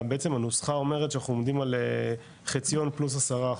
בעצם הנוסחה אומרת שאנחנו עומדים על חציון פלוס עשרה אחוז.